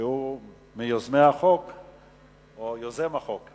שהוא מיוזמי החוק או יוזם החוק.